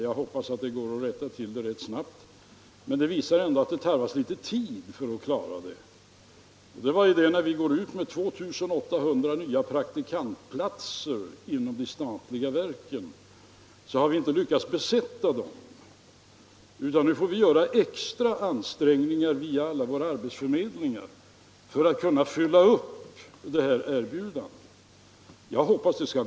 Jag hoppas att den saken skall kunna rättas till, men det visar att sådant här tarvar litet tid. Vad jag åsyftar är att vi inte lyckats besätta de 2800 praktikantplatserna som vi inrättat inom de statliga verken. Vi måste nu göra extra ansträngningar via alla våra arbetsförmedlingar för att kunna besätta de erbjudna platserna.